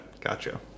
Gotcha